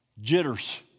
jitters